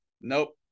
nope